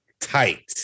tight